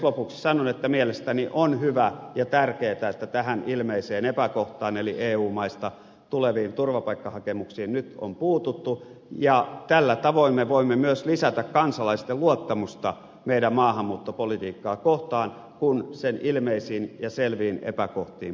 lopuksi sanon että mielestäni on hyvä ja tärkeätä että tähän ilmeiseen epäkohtaan eli eu maista tuleviin turvapaikkahakemuksiin nyt on puututtu ja tällä tavoin me voimme myös lisätä kansalaisten luottamusta meidän maahanmuuttopolitiikkaamme kohtaan kun sen ilmeisiin ja selviin epäkohtiin puututaan